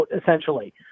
essentially